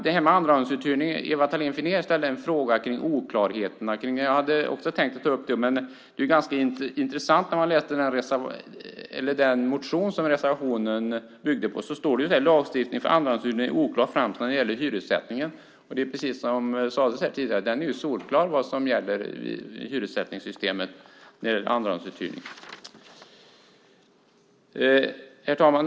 Ewa Thalén Finné ställde en fråga om oklarheterna kring andrahandsuthyrning. Jag hade också tänkt ta upp det, för det är ganska intressant när man läser den motion som reservationen bygger på. Det står att lagstiftningen för andrahandsuthyrning är oklar framför allt när det gäller hyressättningen. Precis som det sades tidigare är det ju solklart vad som gäller för andrahandsuthyrning i hyressättningssystemet. Herr talman!